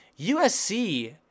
USC